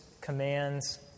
commands